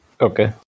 Okay